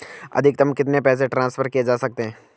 अधिकतम कितने पैसे ट्रांसफर किये जा सकते हैं?